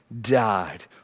died